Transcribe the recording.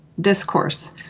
discourse